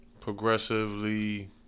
progressively